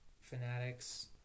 fanatics